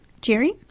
Jerry